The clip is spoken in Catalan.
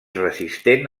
resistent